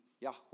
Yahweh